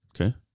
Okay